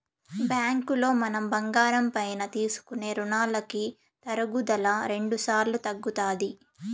బ్యాంకులో మనం బంగారం పైన తీసుకునే రునాలకి తరుగుదల రెండుసార్లు తగ్గుతాది